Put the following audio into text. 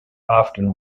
often